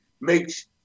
makes